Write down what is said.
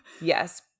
Yes